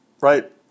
Right